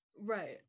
right